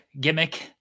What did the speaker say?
gimmick